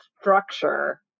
structure